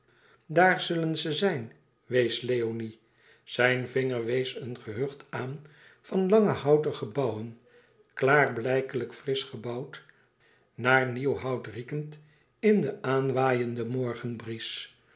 daar zullen ze zijn wees leoni zijn vinger wees een gehucht aan van lange houten gebouwen klaarblijkelijk frisch gebouwd naar nieuw hout riekend in den aanwaaienden